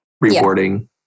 rewarding